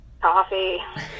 Coffee